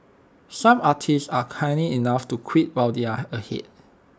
some artists are canny enough to quit while they are ahead